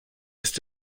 ist